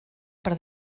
per